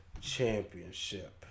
championship